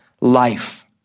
life